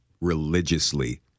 religiously